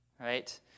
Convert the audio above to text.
Right